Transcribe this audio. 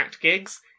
gigs